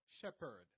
shepherd